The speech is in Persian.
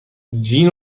جین